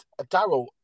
Daryl